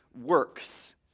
works